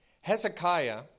Hezekiah